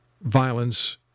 violence